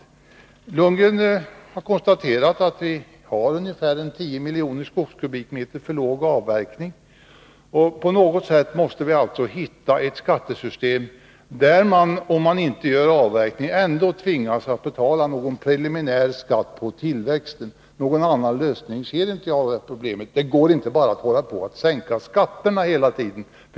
Bo Lundgren har konstaterat att vi har en avverkning som är ungefär 10 miljoner skogskubikmeter för låg. På något sätt måste vi alltså hitta ett skattesystem där man, även om man inte avverkar, ändå tvingas att betala en preliminär skatt på tillväxten. Någon annan lösning ser inte jag på detta problem. Det går inte att hela tiden bara sänka skatterna.